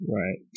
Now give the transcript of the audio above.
right